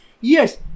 Yes